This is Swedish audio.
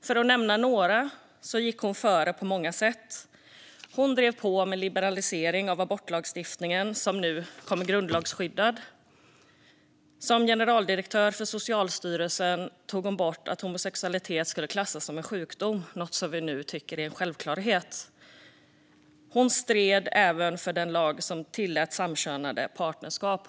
För att nämna några gick hon före på många sätt. Hon drev på för liberalisering av abortlagstiftningen, som nu kommer att bli grundlagsskyddad. Som generaldirektör för Socialstyrelsen tog hon bort att homosexualitet skulle klassas som en sjukdom, något som vi nu tycker är en självklarhet. Hon stred även för den lag som tillät samkönade partnerskap.